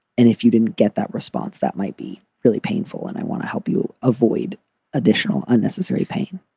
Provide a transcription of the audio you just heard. and if you didn't get that response, that might be really painful and i want to help you avoid additional unnecessary pain,